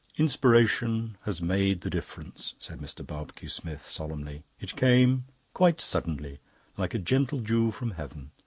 inspiration has made the difference, said mr. barbecue-smith solemnly. it came quite suddenly like a gentle dew from heaven.